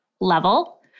level